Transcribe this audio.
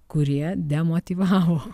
kurie demotyvavo